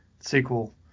sequel